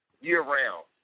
year-round